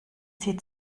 sie